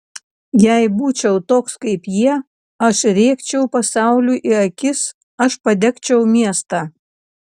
jei būčiau toks kaip jie aš rėkčiau pasauliui į akis aš padegčiau miestą